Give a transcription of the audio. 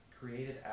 created